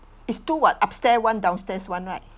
it's two [what] upstairs [one] downstairs [one] right